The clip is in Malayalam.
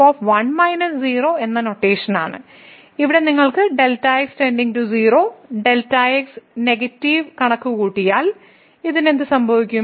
f എന്ന നൊട്ടേഷനാണ് ഇവിടെ നിങ്ങൾ Δ x → 0 Δ x നെഗറ്റീവ് കണക്കുകൂട്ടിയാൽ ഇതിന് എന്ത് സംഭവിക്കും